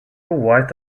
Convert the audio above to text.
white